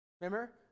Remember